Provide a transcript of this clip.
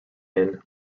inn